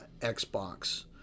Xbox